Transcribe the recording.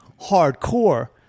hardcore